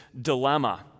dilemma